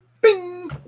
Bing